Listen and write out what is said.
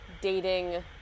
dating